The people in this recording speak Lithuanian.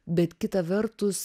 bet kita vertus